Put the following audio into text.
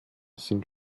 sind